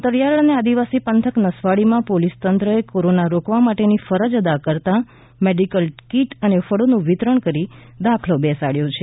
અંતરિયાળ અને આદિવાસી પંથક નસવાડીમાં પોલીસ તંત્ર એ કોરોના રોકવા માટેની ફરજ અદા કરતાં મેડિકલ કીટ અને ફળનું વિતરણ કરી દાખલો બેસાડયો છે